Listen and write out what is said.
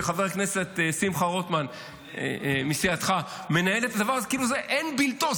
כשחבר הכנסת שמחה רוטמן מסיעתך מנהל את הדבר הזה כאילו אין בלתו.